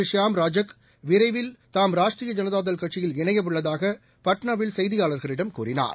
ஷியாம் ராஜக் விரைவில் தாம் ராஷ்ட்ரீய ஜனதாதள் கட்சியில் இணையவுள்ளதாகபட்னாவில் செய்தியாளர்களிடம் கூறினார்